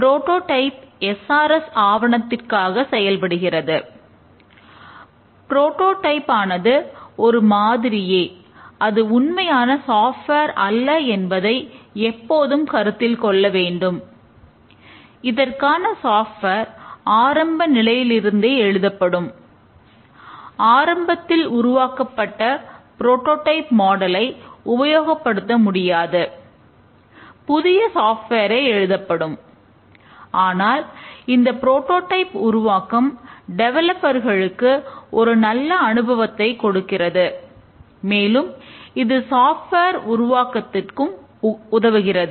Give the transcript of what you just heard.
prototype உருவாக்கத்துக்கு உதவுகிறது